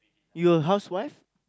you housewife